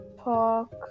Talk